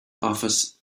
office